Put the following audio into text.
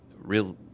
real